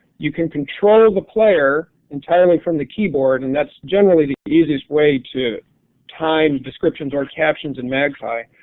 you can control the player entirely from the keyboard, and that's generally easiest way to time descriptions or captions in magpie.